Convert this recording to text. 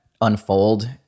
unfold